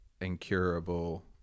incurable